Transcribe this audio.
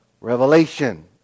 revelation